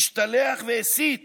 השתלח והסית